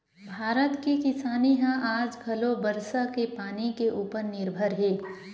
भारत के किसानी ह आज घलो बरसा के पानी के उपर निरभर हे